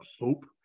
hope